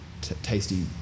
tasty